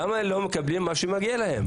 למה הם לא מקבלים מה שמגיע להם?